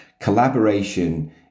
Collaboration